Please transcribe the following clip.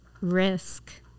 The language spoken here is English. risk